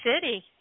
City